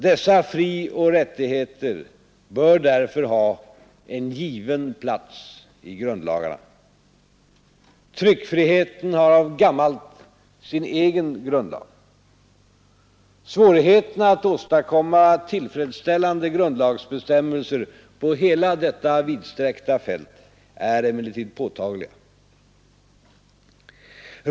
Dessa frioch rättigheter bör därför ha en given plats i grundlagarna. Tryckfriheten har av gammalt sin egen grundlag. Svårigheterna att åstadkomma tillfredsställande grundlagsbestämmelser på hela detta vidsträckta fält är emellertid påtagliga.